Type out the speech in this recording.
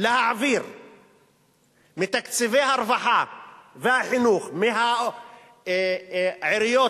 להעביר מתקציבי הרווחה והחינוך מהעיריות